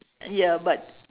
ya but